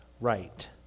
right